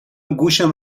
گوشم